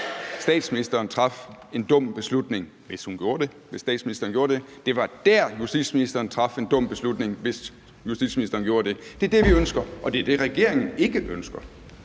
statsministeren traf en dum beslutning, hvis statsministeren gjorde det, og at det var der, justitsministeren traf en dum beslutning, hvis justitsministeren gjorde det. Det er det, vi ønsker, og det er det, regeringen ikke ønsker.